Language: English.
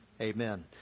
amen